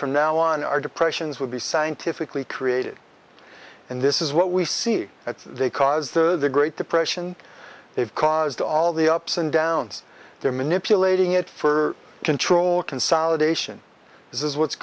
from now on our depressions would be scientifically created and this is what we see that they cause the great depression they've caused all the ups and downs they're manipulating it for control consolidation this is what's